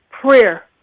Prayer